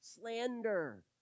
slander